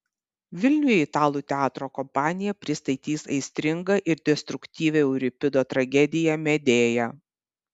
vilniuje italų teatro kompanija pristatys aistringą ir destruktyvią euripido tragediją medėja